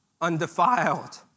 undefiled